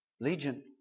legion